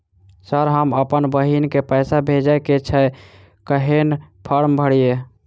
Sir हम अप्पन बहिन केँ पैसा भेजय केँ छै कहैन फार्म भरीय?